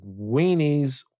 weenies